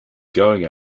going